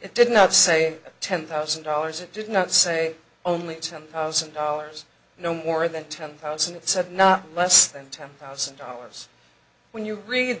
it did not say ten thousand dollars it did not say only ten thousand dollars no more than ten thousand it said not less than ten thousand dollars when you read